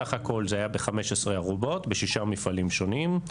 סך הכול זה היה ב-15 ארובות בשישה מפעלים שונים.